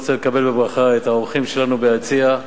אני רוצה לקדם בברכה את האורחים שלנו ביציע,